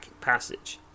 passage